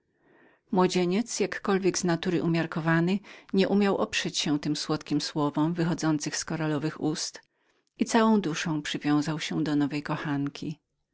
młodzieniec jakkolwiek z natury umiarkowany nieumiał oprzeć się tym słodkim słowom wychodzącym z koralowych ust i całą duszą przywiązał się do nowej kochanki